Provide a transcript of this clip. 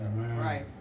Right